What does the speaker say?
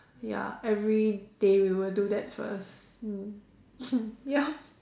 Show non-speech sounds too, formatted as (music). ya everyday we will do that first mm (laughs) ya